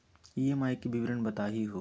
EMI के विवरण बताही हो?